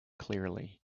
clearly